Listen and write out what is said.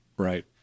right